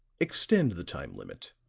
extend the time limit,